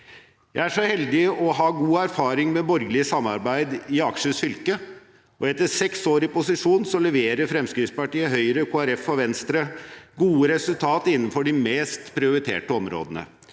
Jeg er så heldig å ha god erfaring med borgerlig samarbeid i Akershus fylke. Etter seks år i posisjon leverer Fremskrittspartiet, Høyre, Kristelig Folkeparti og Venstre gode resultater innenfor de mest prioriterte områdene.